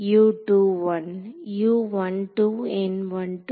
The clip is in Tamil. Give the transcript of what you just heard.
மாணவர் U 2 1